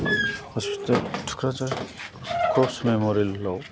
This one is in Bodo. हस्पिटाल थुख्राझार क्र'फ्ट्स मेम'रियेलआव